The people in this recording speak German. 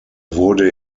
wurde